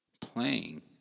Playing